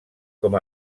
com